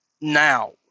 now